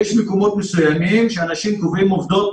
יש מקומות מסוימים שאנשים קובעים עובדות